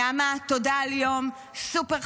נעמה, תודה על יום סופר-חשוב.